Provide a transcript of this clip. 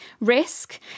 risk